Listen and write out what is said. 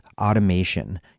automation